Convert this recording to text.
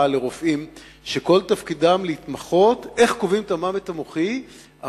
לרופאים שכל תפקידם להתמחות איך קובעים מוות מוחי על